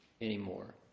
anymore